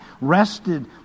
rested